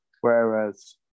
Whereas